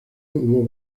hubo